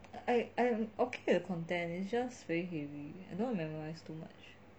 I I'm okay the content is just very heavy I don't wamt to memorise too much